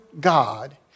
God